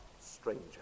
stranger